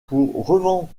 pour